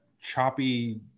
choppy